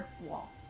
Wall